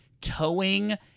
towing